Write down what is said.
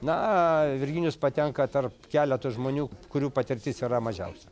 na virginijus patenka tar keleto žmonių kurių patirtis yra mažiausia